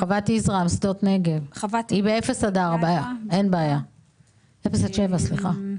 זאת סוגיה מאוד חשובה,